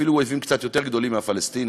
אפילו אויבים קצת יותר גדולים מהפלסטינים,